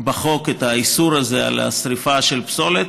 בחוק האיסור הזה של השרפה של פסולת,